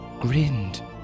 grinned